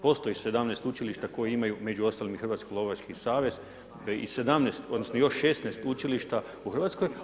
Postoji 17 učilišta koji imaju, među ostalim i Hrvatski lovački savez, i 17 odnosno još 16 učilišta u RH.